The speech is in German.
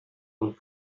und